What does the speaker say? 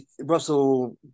Russell